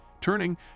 Turning